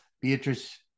Beatrice